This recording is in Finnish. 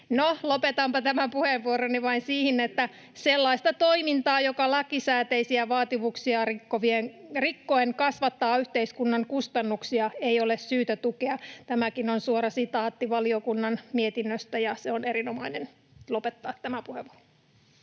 lopetanpa tämän puheenvuoroni vain siihen, että ”sellaista toimintaa, joka lakisääteisiä vaatimuksia rikkoen kasvattaa yhteiskunnan kustannuksia, ei ole syytä tukea”. Tämäkin on suora sitaatti valiokunnan mietinnöstä, ja se on erinomainen sitaatti lopettaa tämä puheenvuoro.